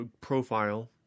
profile